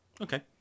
Okay